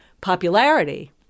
popularity